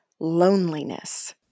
Loneliness